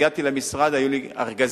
כשהגעתי למשרד היו לי ארגזים